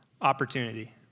Opportunity